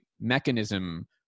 mechanism